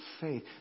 faith